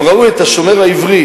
הם ראו את השומר העברי,